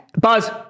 Buzz